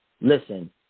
Listen